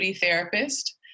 therapist